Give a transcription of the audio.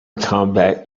combat